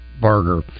burger